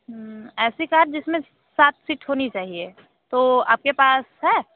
ऐसी कार जिसमें सात सीट होनी चाहिए तो आपके पास है